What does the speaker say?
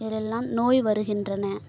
இதெல்லாம் நோய் வருகின்றன